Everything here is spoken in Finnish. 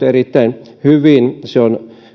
erittäin hyvin se on